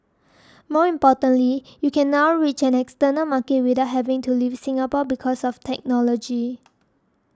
more importantly you can now reach an external market without having to leave Singapore because of technology